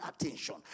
attention